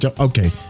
okay